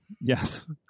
Yes